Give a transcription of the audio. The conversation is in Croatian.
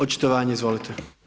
Očitovanje, izvolite.